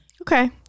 Okay